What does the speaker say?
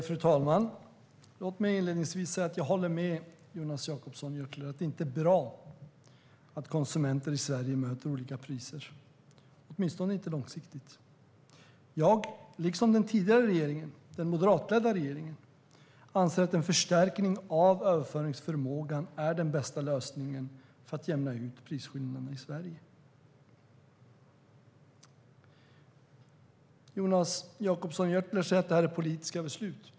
Fru talman! Låt mig inledningsvis säga att jag håller med Jonas Jacobsson Gjörtler om att det inte är bra att konsumenter möter olika priser, åtminstone inte långsiktigt. Jag, liksom den tidigare moderatledda regeringen, anser att en förstärkning av överföringsförmågan är den bästa lösningen för att jämna ut prisskillnaderna i Sverige. Jonas Jacobsson Gjörtler säger att det är politiska beslut.